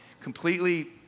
completely